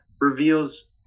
reveals